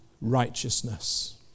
righteousness